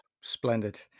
Splendid